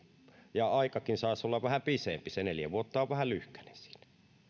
ja aikakin saisi olla vähän pisempi se neljä vuotta on vähän lyhkänen siinä